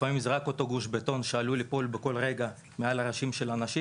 לפעמים זה רק גוש בטון שבכל רגע עלול ליפול על ראשי האנשים.